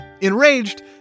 Enraged